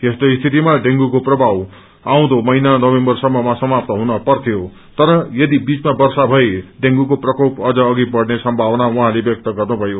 यस्तो स्थितिमा डेंगूको प्रभाव आउँदो महिना नोभेम्बरसम्मा समाप्त हुन पर्थ्यो तर यदि बीचमा वर्षा भए डेंगूको प्रकोप अझ अघि बढ़ने सम्भावना उहाँले व्यक्त गर्नुभयो